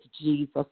Jesus